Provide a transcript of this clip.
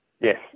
yes